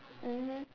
mmhmm